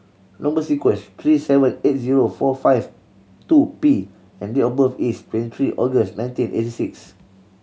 number sequence is T Three seven eight zero four five two P and date of birth is twenty three August nineteen eighty six